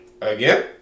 again